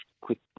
quick